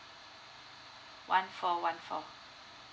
one four one four